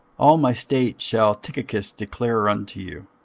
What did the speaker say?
all my state shall tychicus declare unto you,